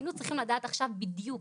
היינו צריכים לדעת עכשיו בדיוק